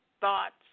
thoughts